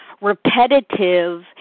repetitive